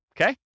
okay